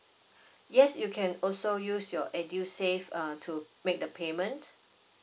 yes you can also use your edusave err to make the payment